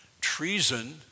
treason